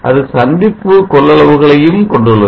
அது சந்திப்பு கொள்ளளவு களையும் கொண்டுள்ளது